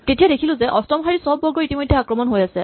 তেতিয়া দেখিলো যে অষ্টম শাৰীৰ চব বৰ্গত ইতিমধ্যে আক্ৰমণ হৈ আছে